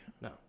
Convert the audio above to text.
No